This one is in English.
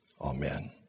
amen